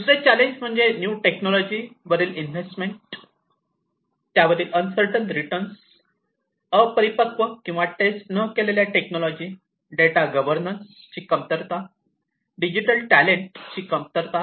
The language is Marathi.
दुसरे चॅलेंजेस म्हणजे न्यू टेक्नॉलॉजी वरील इन्व्हेस्टमेंट वरील अन्सरटन रिटर्न अपरिपक्व किंवा टेस्ट न केलेल्या टेक्नॉलॉजी डेटा गवर्णन्स ची कमतरता डिजिटल टॅलेंट ची कमतरता